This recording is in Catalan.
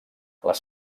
les